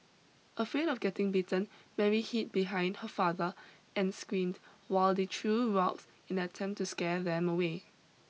afraid of getting bitten Mary hid behind her father and screamed while they threw rocks in an attempt to scare them away